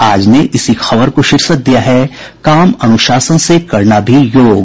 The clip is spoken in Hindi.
आज ने इसी खबर को शीर्षक दिया है काम अनुशासन से करना भी योग